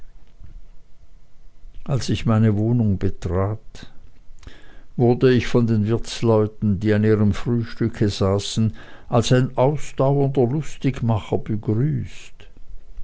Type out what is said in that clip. als ich meine wohnung betrat wurde ich von den wirtsleuten die an ihrem frühstücke saßen als ein ausdauernder lustigmacher begrüßt